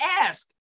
ask